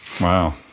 Wow